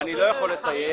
אני לא יכול לסייג.